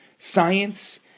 Science